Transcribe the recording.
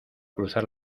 cruzar